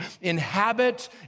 inhabit